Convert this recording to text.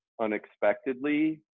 unexpectedly